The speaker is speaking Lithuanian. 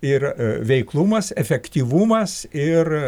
ir veiklumas efektyvumas ir